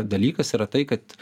dalykas yra tai kad